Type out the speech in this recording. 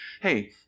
hey